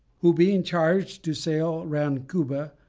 who being charged to sail round cuba,